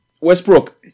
Westbrook